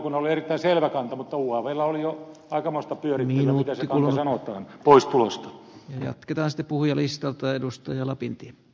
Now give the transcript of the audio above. puolustusvaliokunnalla oli erittäin selvä kanta mutta uavlla oli jo aikamoista pyörittelyä siitä miten se kanta pois tuloon sanotaan